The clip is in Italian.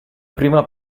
prima